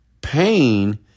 pain